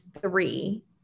three